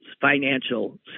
financial